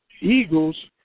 Eagles